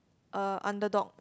uh underdog